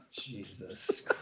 Jesus